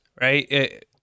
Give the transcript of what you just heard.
right